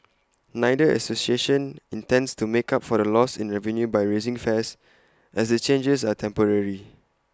neither association intends to make up for the loss in revenue by raising fares as the changes are temporary